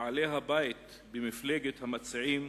בעלי הבית במפלגת המציעים,